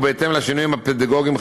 ובהתאם לשינויים הפדגוגיים,